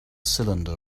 cylinder